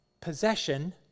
possession